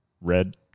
red